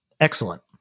excellent